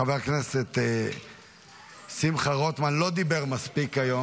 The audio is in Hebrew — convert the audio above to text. חבר הכנסת שמחה רוטמן לא דיבר מספיק היום.